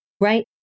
Right